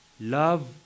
love